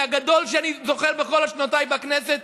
הגדול שאני זוכר בכל שנותיי בכנסת,